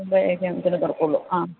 ഒൻപത് കഴിഞ്ഞത്തേനെ തുറക്കുവുള്ളു ആ